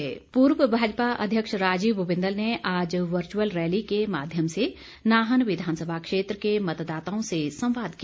बिंदल पूर्व भाजपा अध्यक्ष राजीव बिंदल ने आज वर्चुअल रैली के माध्यम से नाहन विधानसभा क्षेत्र के मतदाताओं से संवाद किया